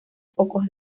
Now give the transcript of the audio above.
focos